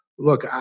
Look